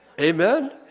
Amen